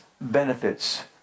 benefits